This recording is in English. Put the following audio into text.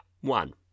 One